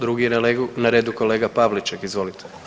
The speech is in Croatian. Drugi je na redu kolega Pavliček, izvolite.